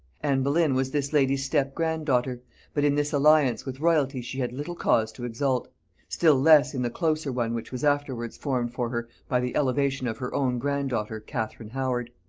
anne boleyn was this lady's step-grand-daughter but in this alliance with royalty she had little cause to exult still less in the closer one which was afterwards formed for her by the elevation of her own grand-daughter catherine howard.